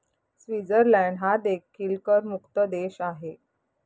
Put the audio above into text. Switzerland हा देखील करमुक्त देश आहे